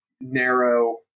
narrow